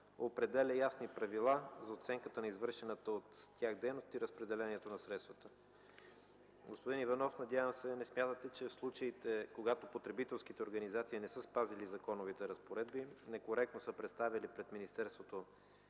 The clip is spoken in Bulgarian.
определя ясни правила за оценката на извършената от тях дейност и разпределението на средствата. Господин Иванов, надявам се, не смятате, че в случаите, когато потребителските организации не са спазили законовите разпоредби, некоректно са представили пред министерството